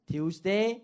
Tuesday